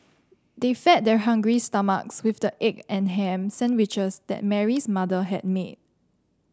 they fed their hungry stomachs with the egg and ham sandwiches that Mary's mother had made